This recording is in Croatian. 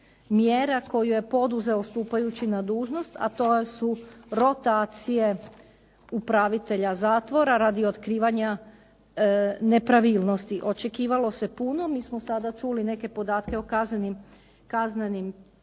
mjera koje je poduzeo stupajući na dužnost, a to su rotacije upravitelja zatvora radi otkrivanja nepravilnosti. Očekivalo se puno, mi smo sada čuli neke podatke o kaznenim